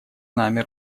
нами